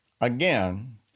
again